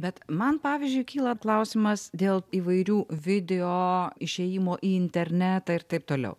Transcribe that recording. bet man pavyzdžiui kyla klausimas dėl įvairių video išėjimų į internetą ir taip toliau